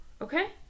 Okay